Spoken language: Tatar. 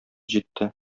җитте